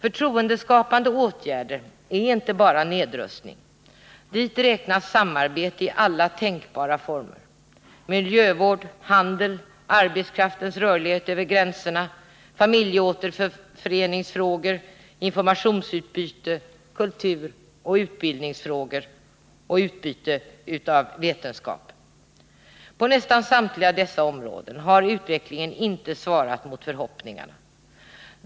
Förtroendeskapande åtgärder är inte bara nedrustning. Dit räknas samarbete i alla tänkbara former: miljövård, handel, arbetskraftens rörlighet över gränserna, familjeåterföreningsfrågor, informationsutbyte, kulturoch utbildningsfrågor samt vetenskapligt utbyte. På nästan samtliga dessa områden har utvecklingen inte svarat mot förhoppningarna.